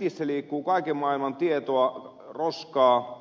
netissä liikkuu kaiken maailman tietoa roskaa